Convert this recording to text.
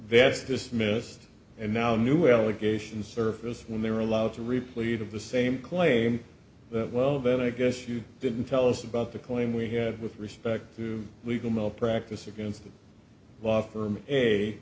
vest dismissed and now new allegations surface when they were allowed to replete of the same claim well then i guess you didn't tell us about the claim we had with respect to legal malpractise against the law firm